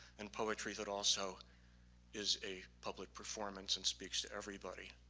and poetry that also is a public performance and speaks to everybody.